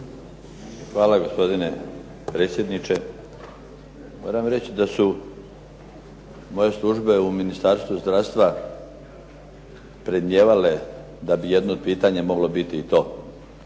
Hvala gospodine predsjedniče. Moram reći da su moje službe u Ministarstvu zdravstva predmnijevale da bi jedno od pitanja moglo biti i to.